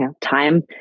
time